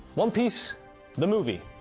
one piece the movie,